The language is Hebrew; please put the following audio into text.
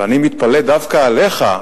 ואני מתפלא דווקא עליך,